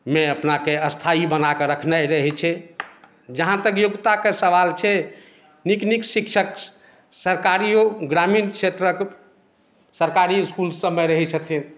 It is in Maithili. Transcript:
मे अपनाके स्थायी बनाके रखने रहैत छै जहाँ तक योग्यताके सवाल छै नीक नीक शिक्षक सरकारियो ग्रामीण क्षेत्रक सरकारी इस्कुल सभमे रहैत छथिन